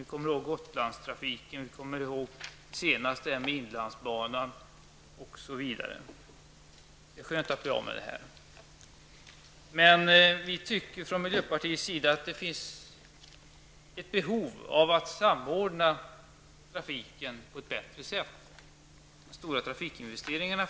Vi kommer ihåg Gotlandstrafiken, vi kommer ihåg debatten om inlandsbanan, osv. Det är skönt att bli av med det. Miljöpartiet menar att det finns ett behov av att samordna trafiken på ett bättre sätt, och det gäller framför allt de stora trafikinvesteringarna.